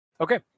Okay